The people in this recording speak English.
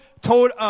told